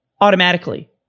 automatically